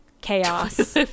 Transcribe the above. Chaos